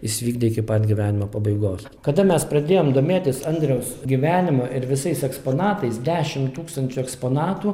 jis vykdė iki pat gyvenimo pabaigos kada mes pradėjom domėtis andriaus gyvenimu ir visais eksponatais dešim tūkstančių eksponatų